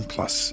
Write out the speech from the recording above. Plus